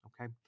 okay